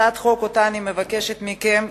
הצעת החוק שאני מבקשת מכם,